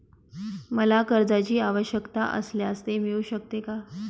मला कर्जांची आवश्यकता असल्यास ते मिळू शकते का?